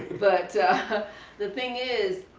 but the thing is,